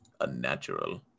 unnatural